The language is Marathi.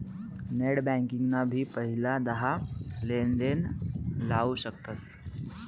नेट बँकिंग ना भी पहिला दहा लेनदेण लाऊ शकतस